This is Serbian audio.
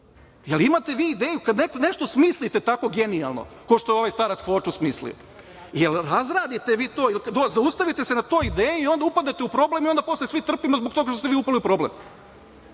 li imate vi ideju? Kad nešto smislite tako genijalno kao što je ovaj starac Fočo, smislio, da li razradite to? Da li se zaustavite na toj ideji i onda upadnete u problem i onda posle svi trpimo zbog toga što ste vi upali u problem? Dakle,